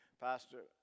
Pastor